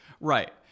Right